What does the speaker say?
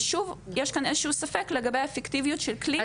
ושוב יש כאן איזשהו ספק לגבי האפקטיביות של כלי.